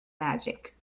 magic